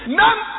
none